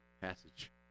passage